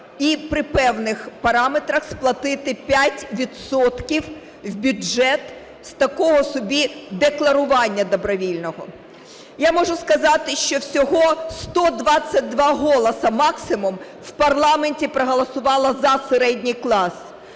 і при певних параметрах сплатити 5 відсотків в бюджет з такого собі декларування добровільного. Я можу сказати, що всього 122 голоси максимум в парламенті проголосувало за середній клас: